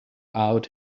out